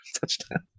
touchdown